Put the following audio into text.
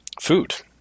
food